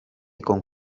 con